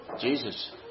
Jesus